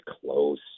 close